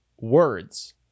words